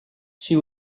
she